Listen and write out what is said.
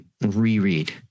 reread